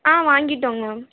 வாங்கிட்டோம் மேம்